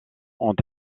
ont